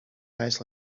eyes